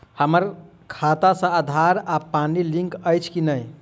हम्मर खाता सऽ आधार आ पानि लिंक अछि की नहि?